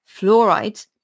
fluoride